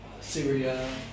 Syria